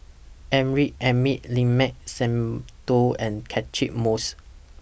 Amrin Amin Limat Sabtu and Catchick Moses